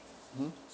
mmhmm